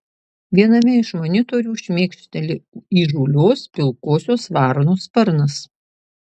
viename iš monitorių šmėkšteli įžūlios pilkosios varnos sparnas